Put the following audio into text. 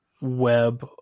web